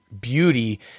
beauty